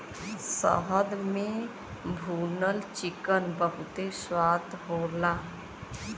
शहद में भुनल चिकन बहुते स्वाद होला